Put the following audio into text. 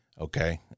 Okay